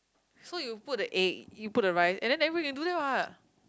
so you put the egg you put the rice and then then we can do that what